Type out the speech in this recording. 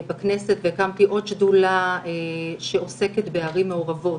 בכנסת הקמתי עוד שדולה שעוסקת בערים מעורבות,